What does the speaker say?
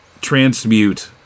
transmute